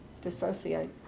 dissociate